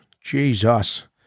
Jesus